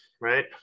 right